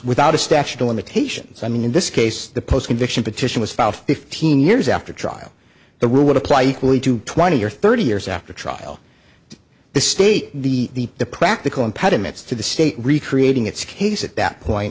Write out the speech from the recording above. without a statute of limitations i mean in this case the post conviction petition was filed fifteen years after trial the rule would apply equally to twenty or thirty years after trial the state the the practical impediments to the state recreating its case at that point